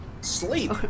Sleep